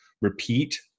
repeat